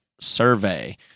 survey